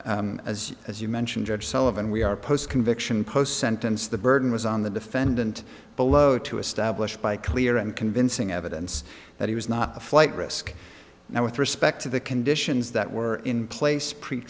are as as you mentioned judge sullivan we are post conviction post sentence the burden was on the defendant below to establish by clear and convincing evidence that he was not a flight risk now with respect to the conditions that were in place pre